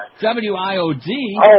W-I-O-D